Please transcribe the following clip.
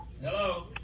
Hello